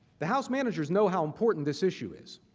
the house managers know how important this issue is.